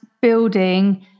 building